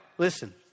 Listen